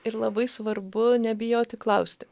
ir labai svarbu nebijoti klausti